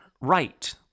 right